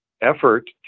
effort